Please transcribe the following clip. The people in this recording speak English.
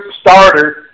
starter